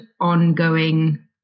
ongoing